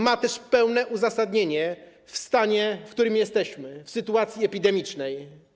Ma to też pełne uzasadnienie w stanie, w którym jesteśmy, w sytuacji epidemicznej.